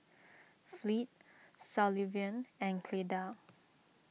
Fleet Sullivan and Cleda